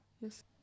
Yes